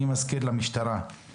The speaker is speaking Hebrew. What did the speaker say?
אני מזכיר למשטרה,